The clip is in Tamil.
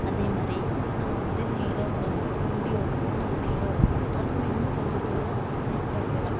அதேமாதிரி நான் வந்து நேராக உட்காந்துக்கணும் வண்டி ஓட்டும்போது நம்ம நேராக உக்காந்துட்டா நம்ம இன்னும் கொஞ்ச தூரம் எக்ஸா போகலாம்